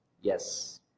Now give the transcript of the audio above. Yes